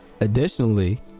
Additionally